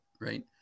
Right